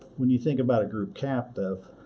when you think about a group captive,